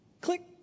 click